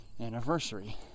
anniversary